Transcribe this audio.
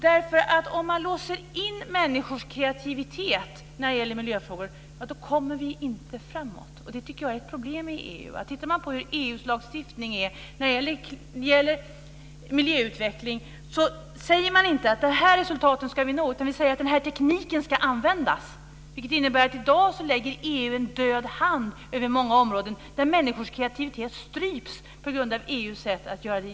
Om man i miljöfrågor låser in människors kreativitet kommer vi nämligen inte framåt. Detta tycker jag är ett problem i EU. Det är bara att titta på EU:s lagstiftning när det gäller miljöutveckling. Man säger inte: De här resultaten ska vi nå. I stället sägs det: Den här tekniken ska användas. Detta betyder att EU i dag lägger en död hand över många områden där människors kreativitet stryps just på grund av EU:s sätt med direktiv.